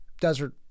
desert